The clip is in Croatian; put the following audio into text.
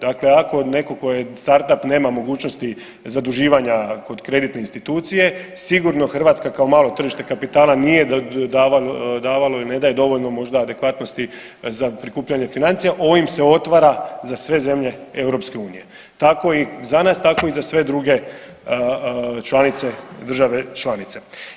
Dakle, ako netko tko je startup nema mogućnosti zaduživanja kod kreditne institucije sigurno Hrvatska kao malo tržište kapitala nije davalo ili ne daje dovoljno možda adekvatnosti za prikupljanje financija ovim se otvara za sve zemlje Europske unije tako i za nas i za sve druge članice, države članice.